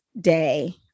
day